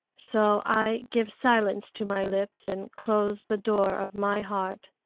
so i give silence to my lips and close the door of my heart.